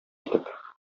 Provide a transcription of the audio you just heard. итеп